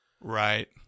Right